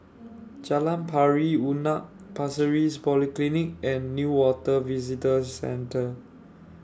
Jalan Pari Unak Pasir Ris Polyclinic and Newater Visitor Centre